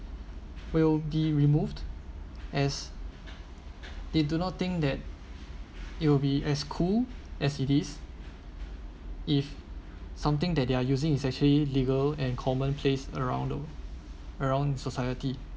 will be removed as they do not think that it will be as cool as it is if something that they're using is actually legal and commonplace around the world around society